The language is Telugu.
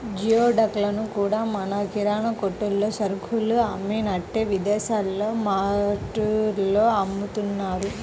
జియోడక్ లను కూడా మన కిరాణా కొట్టుల్లో సరుకులు అమ్మినట్టే విదేశాల్లో మార్టుల్లో అమ్ముతున్నారు